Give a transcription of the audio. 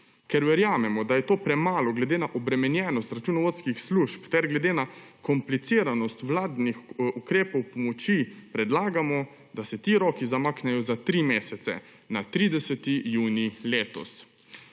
Ker verjamemo, da je to premalo glede na obremenjenost računovodskih služb, ter glede na kompliciranost vladnih ukrepov pomoči predlagamo, da se ti roki zamaknejo za tri mesece, na 30. junij letos.